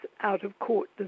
out-of-court